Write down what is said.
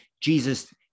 Jesus